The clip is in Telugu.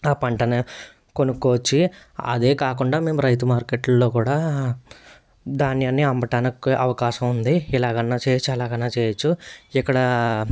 ఆ పంటని కొనుక్కోవచ్చి అదే కాకుండా మేము రైతు మార్కెట్లో కూడా దాన్ని అమ్మటానికి అవకాశం ఉంది ఇలాగన్న చెయ్యొచ్చు అలాగన్న చెయ్యవచ్చు ఇక్కడ